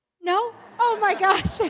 no, oh my gosh